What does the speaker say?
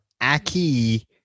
Aki